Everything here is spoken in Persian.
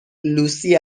لوسی